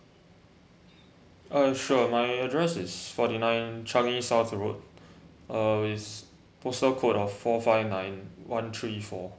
uh sure uh my address is forty nine changi south road uh with postal code of four five nine one three four